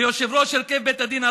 ליושב-ראש הרכב בית הדין,